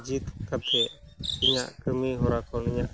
ᱡᱤᱛ ᱠᱟᱛᱮᱫ ᱤᱧᱟᱹᱜ ᱠᱟᱹᱢᱤ ᱦᱚᱨᱟ ᱠᱚ ᱩᱱᱤᱭᱟᱜ